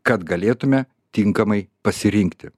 kad galėtume tinkamai pasirinkti